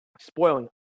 spoiling